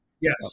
Yes